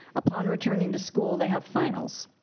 upon returning to school, they have finals.